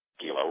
kilo